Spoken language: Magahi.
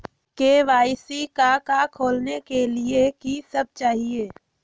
के.वाई.सी का का खोलने के लिए कि सब चाहिए?